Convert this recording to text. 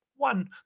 One